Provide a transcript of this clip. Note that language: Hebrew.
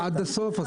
עד הסוף?